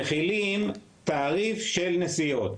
תכף נדבר על זה.